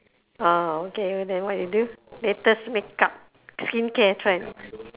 orh okay then what you do latest makeup skincare trend